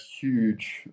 huge